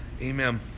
Amen